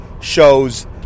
show's